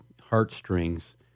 heartstrings